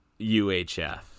UHF